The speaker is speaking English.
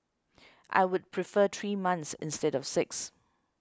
I would prefer three months instead of six